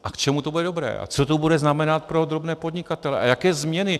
A k čemu to bude dobré a co to bude znamenat pro drobné podnikatele a jaké změny?